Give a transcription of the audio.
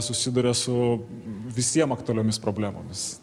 susiduria su visiem aktualiomis problemomis